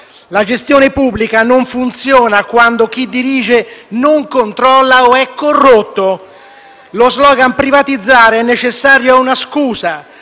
La gestione pubblica non funziona quando chi dirige non controlla o è corrotto. Lo slogan «privatizzare» è necessario alla scusa